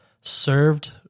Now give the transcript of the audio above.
Served